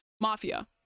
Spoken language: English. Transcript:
mafia